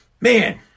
Man